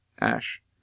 Ash